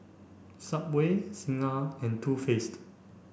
Subway Singha and Too Faced